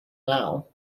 now